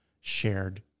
shared